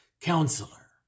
Counselor